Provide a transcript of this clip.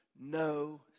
No